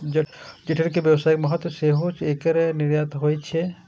चठैल के व्यावसायिक महत्व सेहो छै, तें एकर निर्यात होइ छै